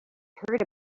heard